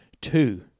Two